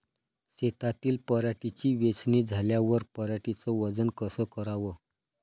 शेतातील पराटीची वेचनी झाल्यावर पराटीचं वजन कस कराव?